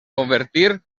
convertir